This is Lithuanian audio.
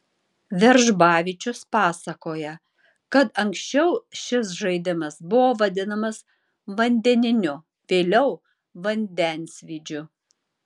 veržbavičius pasakoja kad anksčiau šis žaidimas buvo vadinamas vandeniniu vėliau vandensvydžiu